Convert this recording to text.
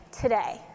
today